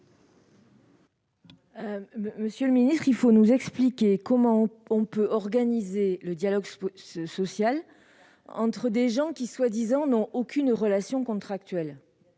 Monsieur le secrétaire d'État, il faut nous expliquer comment on peut organiser le dialogue social entre des gens qui, en théorie, n'ont aucune relation contractuelle.